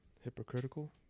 hypocritical